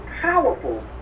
powerful